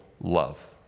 love